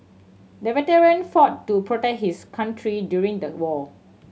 the veteran fought to protect his country during the war